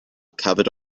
covered